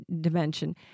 dimension